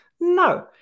No